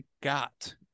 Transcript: got